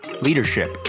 leadership